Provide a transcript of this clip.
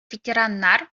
ветераннар